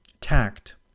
Tact